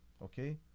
okay